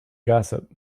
gossip